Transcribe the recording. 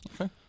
Okay